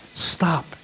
stop